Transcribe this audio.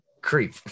Creep